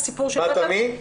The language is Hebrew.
בבקשה, בת עמי.